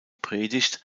predigt